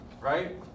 Right